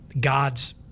God's